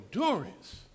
endurance